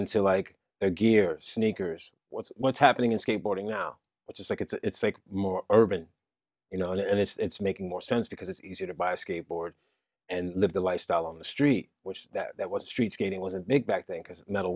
into like their gear sneakers what's what's happening in skateboarding now which is like it's like more urban you know and it's making more sense because it's easier to buy a skateboard and live the lifestyle on the street which that was street skating wasn't big back thing because metal